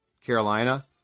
Carolina